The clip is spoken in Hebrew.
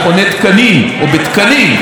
באמריקה,